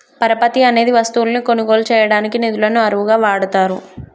పరపతి అనేది వస్తువులను కొనుగోలు చేయడానికి నిధులను అరువుగా వాడతారు